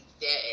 dead